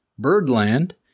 Birdland